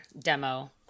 demo